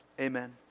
Amen